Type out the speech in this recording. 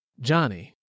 Johnny